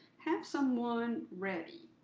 have someone ready.